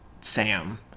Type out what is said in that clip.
Sam